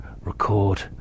record